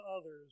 others